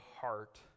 heart